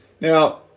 Now